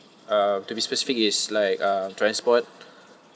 uh to be specific is like uh transport